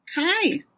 Hi